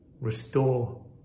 restore